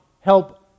help